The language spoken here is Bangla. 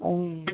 ওম